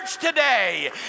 today